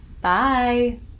Bye